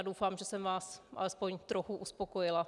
Doufám, že jsem vás alespoň trochu uspokojila.